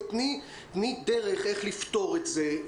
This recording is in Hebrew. תני דרך איך לפתור את זה.